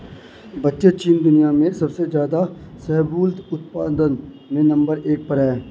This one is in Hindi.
बच्चों चीन दुनिया में सबसे ज्यादा शाहबूलत उत्पादन में नंबर एक पर है